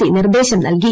C നിർദ്ദേശം നൽകി